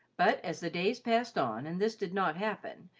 but as the days passed on and this did not happen,